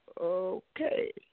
okay